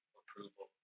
approval